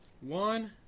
One